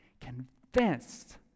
convinced